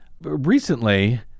recently